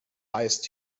highest